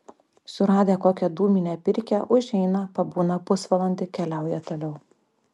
suradę kokią dūminę pirkią užeina pabūna pusvalandį keliauja toliau